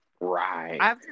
Right